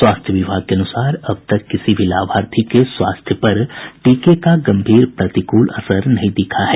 स्वास्थ्य विभाग के अनुसार अब तक किसी भी लाभार्थी के स्वास्थ्य पर टीके का गम्भीर प्रतिकूल असर नहीं दिखा है